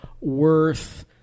worth